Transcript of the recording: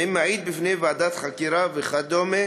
ואם הוא מעיד בפני ועדת חקירה וכדומה.